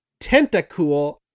Tentacool